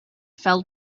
fell